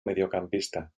mediocampista